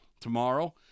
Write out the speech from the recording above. tomorrow